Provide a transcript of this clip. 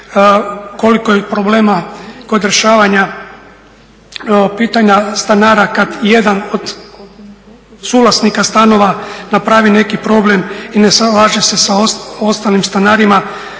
koliko je problema kod rješavanja pitanja stanara kad jedan od suvlasnika stanova napravi neki problem i ne slaže se sa ostalim stanarima.